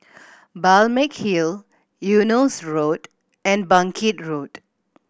Balmeg Hill Eunos Road and Bangkit Road